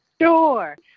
Sure